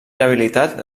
rehabilitat